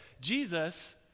Jesus